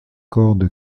cordes